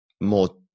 more